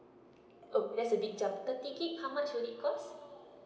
oh that's a big jump the thirty gig how much will it cost